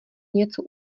něco